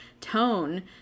tone